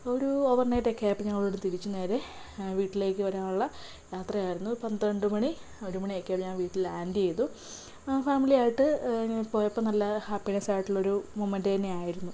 ഒരു ഓവർ നൈറ്റൊക്കെ ആയപ്പോൾ ഞങ്ങൾ അവിടുന്ന് തിരിച്ച് നേരെ വീട്ടിലേക്ക് വരാനുള്ള യാത്രയായിരുന്നു പന്ത്രണ്ട് മണി ഒരു മണിയൊക്കെ ആയപ്പോൾ ഞങ്ങൾ വീട്ടിൽ ലാൻണ്ട് ചെയ്തു ആ ഫാമിലിയായിട്ട് പോയപ്പോൾ നല്ല ഹാപ്പിനെസായിട്ടുള്ളൊരു മൊമൻറ്റ് തന്നെ ആയിരുന്നു